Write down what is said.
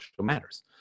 matters